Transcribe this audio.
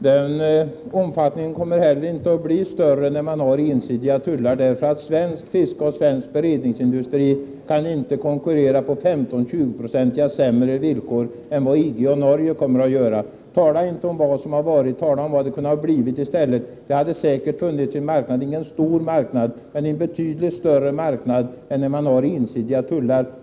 Herr talman! Omfattningen kommer heller inte att bli större när man har ensidiga tullar. Svenskt fiske och svensk beredningsindustri kan inte konkurrera på 15-20 96 sämre villkor än vad EG och Norge kommer att göra. Tala inte om vad som har varit! Tala i stället om vad som kunde ha blivit! Det hade säkert funnits en marknad — ingen stor marknad men en betydligt större än när man har ensidiga tullar.